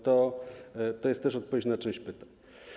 To jest też odpowiedź na część pytań.